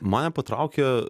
mane patraukia